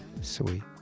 Sweet